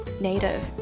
native